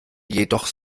jedoch